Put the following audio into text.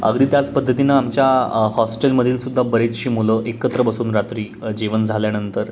अगदी त्याच पद्धतीनं आमच्या हॉस्टेलमधील सुद्धा बरीचशी मुलं एकत्र बसून रात्री जेवण झाल्यानंतर